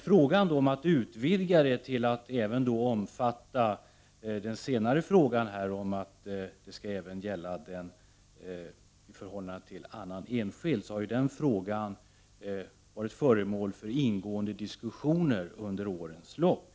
Frågan om att utvidga det till att även omfatta förhållandet till annan enskild har varit föremål för ingående diskussioner under årens lopp.